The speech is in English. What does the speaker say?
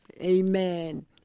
Amen